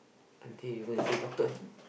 until you go and see doctor